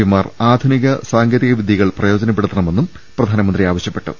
പിമാർ ആധുനിക സാങ്കേ തിക വിദ്യകൾ പ്രയോജനപ്പെടുത്തണമെന്നും പ്രധാനമന്ത്രി ആവശ്യപ്പെട്ടു